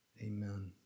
Amen